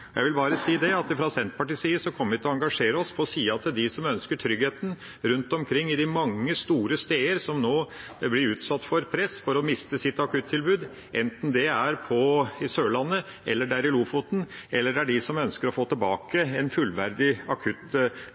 saken. Jeg vil bare si at fra Senterpartiets side kommer vi til å engasjere oss på sida til dem som ønsker trygghet rundt omkring på de mange store stedene som nå blir utsatt for press for å miste sitt akuttilbud, enten det er på Sørlandet eller i Lofoten, eller det er de som ønsker å få tilbake et fullverdig